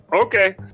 Okay